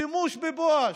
שימוש בבואש.